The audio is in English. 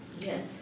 Yes